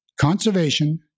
conservation